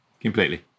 completely